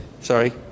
Sorry